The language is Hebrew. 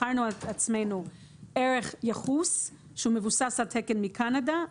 בחרנו לעצמנו ערך ייחוס שמבוסס על תקן מקנדה.